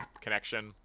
connection